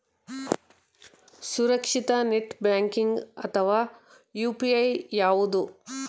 ಸುರಕ್ಷಿತ net banking ಅಥವಾ UPI ಯಾವುದು?